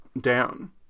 down